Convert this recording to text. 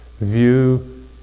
view